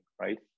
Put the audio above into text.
right